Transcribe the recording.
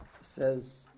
says